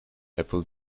apple